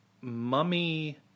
mummy